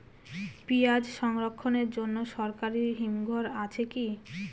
পিয়াজ সংরক্ষণের জন্য সরকারি হিমঘর আছে কি?